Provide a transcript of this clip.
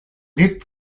dit